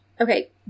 Okay